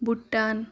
Bhutan